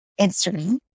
Instagram